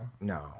No